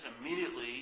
immediately